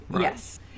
Yes